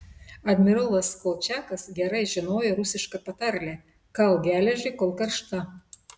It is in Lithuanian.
admirolas kolčiakas gerai žinojo rusišką patarlę kalk geležį kol karšta